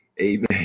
Amen